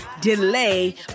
delay